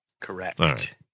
Correct